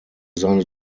seine